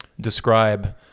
describe